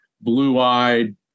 blue-eyed